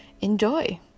Enjoy